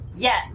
Yes